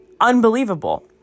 unbelievable